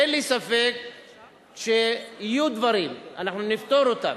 אין לי ספק שיהיו דברים, אנחנו נפתור אותם,